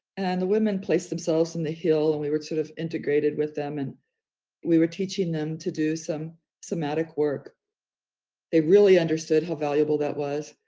and the women place themselves in the hill. and we were sort of integrated with them. and we were teaching them to do some somatic work. and they really understood how valuable that was.